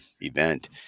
event